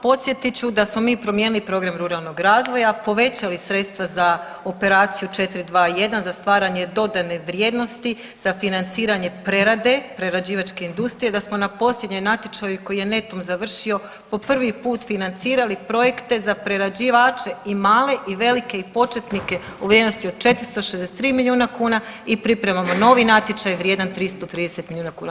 Podsjetit ću da smo mi i promijenili program ruralnog razvoja, povećali sredstva za operaciju 421 za stvaranje dodatne vrijednosti za financiranje prerade, prerađivačke industrije, da smo na posljednjem natječaju koji je netom završio po prvi put financirali projekte za prerađivače i male i velike i početnike u vrijednosti od 463 milijuna kuna i pripremamo novi natječaj vrijedna 330 milijuna kuna.